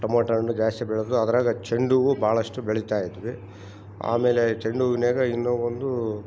tomato ಹಣ್ ಜಾಸ್ತಿ ಬೆಳೆದು ಅದ್ರಾಗೆ ಚೆಂಡು ಹೂವು ಭಾಳಷ್ಟು ಬೆಳೀತ ಇದ್ವಿ ಆಮೇಲೆ ಈ ಚೆಂಡುವಿನಾಗೆ ಇನ್ನು ಒಂದು